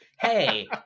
hey